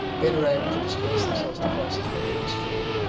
better able to disperse themselves to places where there is food.